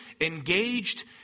engaged